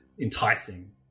enticing